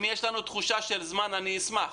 אם יש לנו תחושה של זמן אני אשמח.